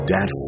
Dad